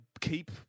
keep